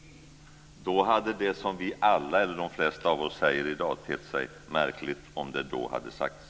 Då hade det som vi alla - eller de flesta av oss - säger i dag tett sig märkligt om det då hade sagts.